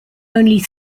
only